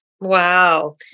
Wow